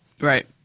right